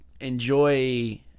enjoy